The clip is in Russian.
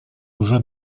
уже